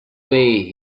pay